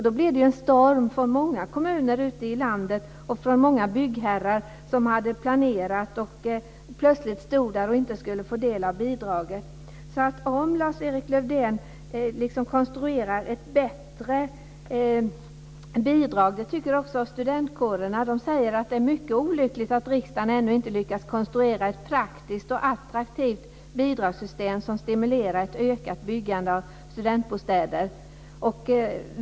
Då blev det en storm från många kommuner ute i landet och från många byggherrar som hade planerat och som plötsligt stod där och inte skulle få del av bidraget. Det vore bra om Lars-Erik Lövdén konstruerade ett bättre bidrag. Det tycker också studentkårerna. De säger att det är mycket olyckligt att inte riksdagen ännu inte lyckats konstruera ett praktiskt och attraktivt bidragssystem som stimulerar ett ökat byggande av studentbostäder.